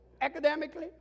academically